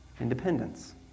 independence